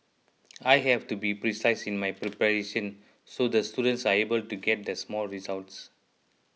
I have to be precise in my preparation so the students are able to get the small results